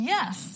Yes